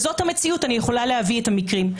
זאת המציאות ואני יכולה להביא את המקרים.